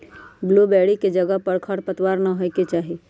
blueberry के जगह पर खरपतवार न होए के चाहि